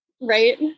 right